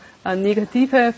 Negative